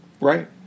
Right